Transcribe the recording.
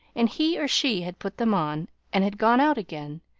and he or she had put them on and had gone out again,